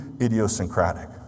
idiosyncratic